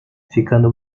ficando